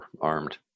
armed